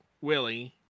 Willie